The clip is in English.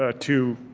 ah to